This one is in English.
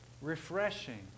refreshing